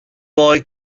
boy